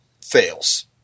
fails